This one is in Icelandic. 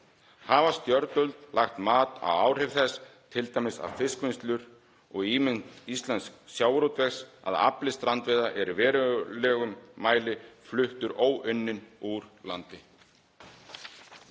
Hafa stjórnvöld lagt mat á áhrif þess, t.d. á fiskvinnslur og ímynd íslensks sjávarútvegs, að afli strandveiða er í verulegum mæli fluttur óunninn úr landi?